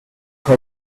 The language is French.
être